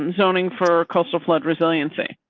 um zoning for coastal flood resiliency.